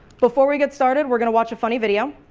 before we get started we'll watch a funny video.